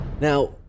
Now